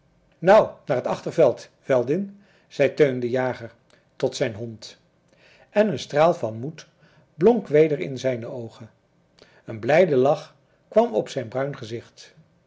nou naar het achterveld veldin zei teun de jager tot zijn hond en een straal van moed blonk weder in zijne oogen een blijde lach kwam op zijn bruin gezicht